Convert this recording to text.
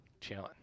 chilling